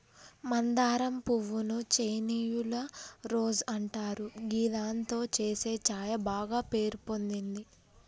మందారం పువ్వు ను చైనీయుల రోజ్ అంటారు గిదాంతో చేసే ఛాయ బాగ పేరు పొందింది